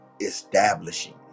establishing